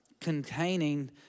containing